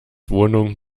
wohnung